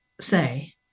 say